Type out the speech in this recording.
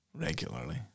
regularly